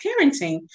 parenting